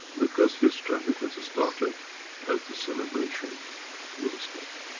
because this traffic has ah started as the celebration will start.